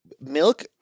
milk